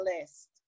list